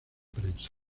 prensa